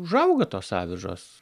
užauga tos avižos